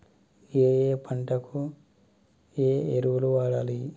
ఏయే పంటకు ఏ ఎరువులు వాడాలి?